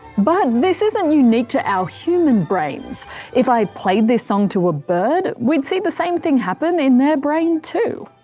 but this isn't unique to our human brains if i played this song to a bird, we'd see the same thing happening in their brain too.